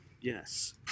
Yes